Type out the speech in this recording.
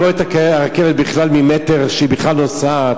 מי רואה את הרכבת בכלל ממטר, שהיא בכלל נוסעת?